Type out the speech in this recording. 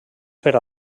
per